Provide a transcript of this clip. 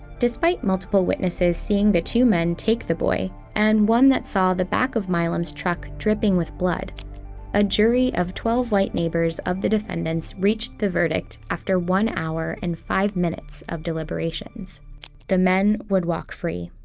despite multiple witnesses seeing the two men take the boy, and one that saw the back of milam's truck dripping with blood a jury of twelve white neighbors of the defendants reached the verdict after one hour and five minutes of deliberations the men would walk free.